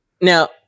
Now-